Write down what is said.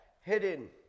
hidden